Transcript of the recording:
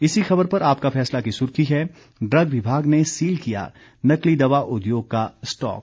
इसी खबर पर आपका फैसला की सुर्खी है ड्रग विभाग ने सील किया नकली दवा उद्योग का स्टॉक